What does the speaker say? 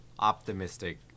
optimistic